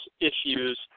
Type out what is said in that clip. issues